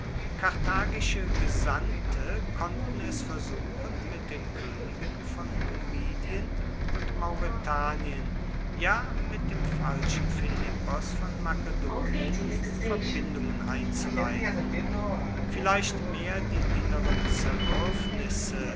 karthagische gesandte konnten es versuchen mit den königen von numidien und mauretanien ja mit dem falschen philippos von makedonien verbindungen einzuleiten vielleicht mehr die inneren